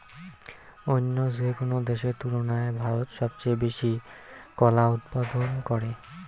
অইন্য যেকোনো দেশের তুলনায় ভারত সবচেয়ে বেশি কলা উৎপাদন করে